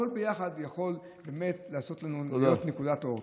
הכול ביחד יכול באמת לעשות לנו את נקודת האור.